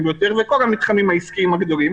ביותר וכל המתחמים העסקיים הגדולים.